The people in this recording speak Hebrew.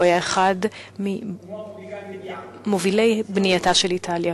הוא היה אחד ממובילי בנייתה של איטליה,